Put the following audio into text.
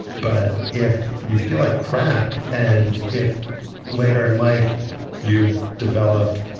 but if you feel like crap and if later in life you develop,